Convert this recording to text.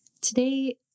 today